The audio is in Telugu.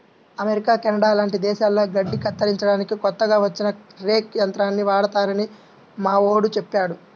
అమెరికా, కెనడా లాంటి దేశాల్లో గడ్డి కత్తిరించడానికి కొత్తగా వచ్చిన రేక్ యంత్రాలు వాడతారని మావోడు చెప్పాడు